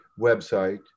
website